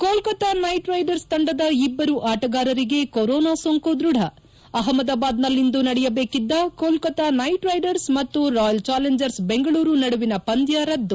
Kolkata Knight Riders ತಂಡದ ಇಬ್ಬರು ಆಟಗಾರರಿಗೆ ಕೊರೊನಾ ಸೋಂಕು ದೃಢ ಅಹ್ವದಾಬಾದ್ನಲ್ಲಿಂದು ನಡೆಯಬೇಕಿದ್ದ Kolkata Knight Riders Royal Challengers Bengaluru ನಡುವಿನ ಪಂದ್ಚ ರದ್ದು